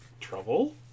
Trouble